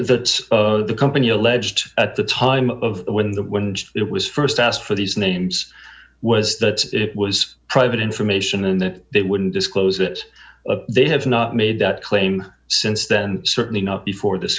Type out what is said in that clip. that of the company alleged at the time of when the when it was st asked for these names was that it was private information and that they wouldn't disclose that they have not made that claim since then certainly not before this